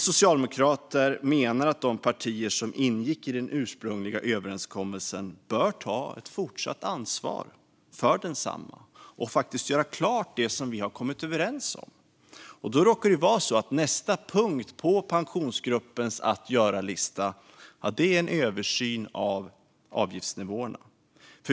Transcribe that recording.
Socialdemokraterna menar att de partier som ingick i den ursprungliga överenskommelsen bör ta ett fortsatt ansvar för densamma och faktiskt göra klart det som vi har kommit överens om. Då råkar det vara så att nästa punkt på Pensionsgruppens att-göra-lista är en översyn av avgiftsnivåerna.